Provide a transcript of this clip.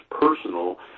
personal